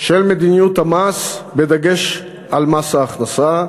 של מדיניות המס, בדגש על מס ההכנסה,